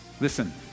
Listen